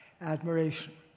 admiration